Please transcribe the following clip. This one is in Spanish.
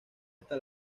hasta